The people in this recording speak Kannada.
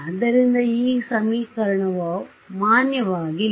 ಆದ್ದರಿಂದ ಈ ಸಮೀಕರಣವು ಮಾನ್ಯವಾಗಿಲ್ಲ